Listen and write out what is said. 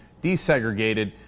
desegregated